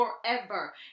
forever